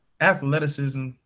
athleticism